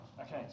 Okay